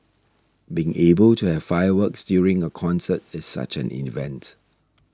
being able to have fireworks during a concert is such an event